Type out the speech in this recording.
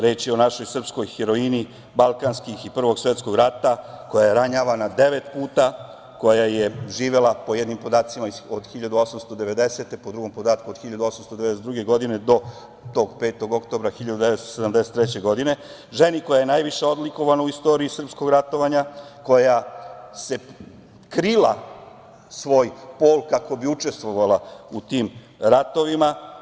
Reč je o našoj srpskoj heroini, balkanskih i Prvog svetskog rata, koja je ranjavana devet puta, koja je živela, po jednim podacima, od 1890. godine, po drugom podatku od 1892. godine do tog 5. oktobra 1973. godine, ženi koja je najviše odlikovana u istoriji srpskog ratovanja, koja je krila svoj pol kako bi učestvovala u tim ratovima.